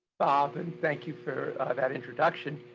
bob, and thank you for that introduction.